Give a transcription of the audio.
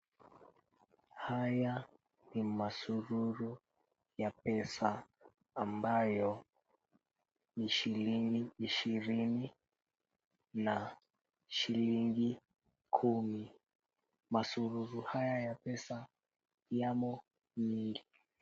Haya ni masururu ya pesa ambayo ni shilingi ishirini na shilingi kumi. Masururu haya ya pesa yamo mengi.